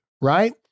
right